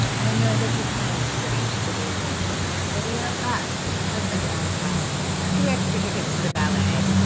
i know this is kind of strange to do in an internet video, but my husband and i have two extra tickets to the ballet,